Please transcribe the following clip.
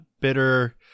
bitter